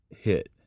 hit